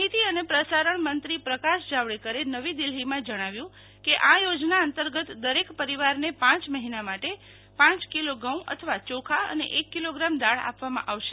માહિતી અને પ્રસારણ મંત્રી પ્રકાશ જાવડેકરે નવી દિલ્હીમાં જણાવ્યુ કે આ યોજના અંતર્ગત દરેક પરિવારને પાંચ મહિના માટે પાંચ કિલો ઘઉ અથવા યોખા અને એક કિલોગ્રામ દાળ આપવામાં આવશે